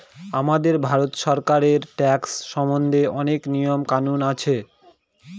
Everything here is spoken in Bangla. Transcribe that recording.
আমাদের ভারত সরকারের ট্যাক্স সম্বন্ধে অনেক নিয়ম কানুন আছে